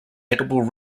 edible